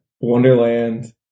Wonderland